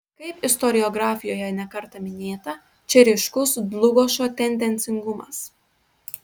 kaip istoriografijoje ne kartą minėta čia ryškus dlugošo tendencingumas